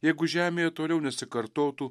jeigu žemėje toliau nesikartotų